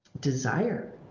desire